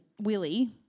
Willie